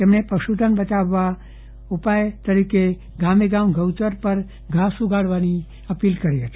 તેમણે પશુધનને બચાવવા ઉપાય વગેરે ગામેગામ ગૌચર પર ઘાસ ઉગાડવા અપીલ કરી હતી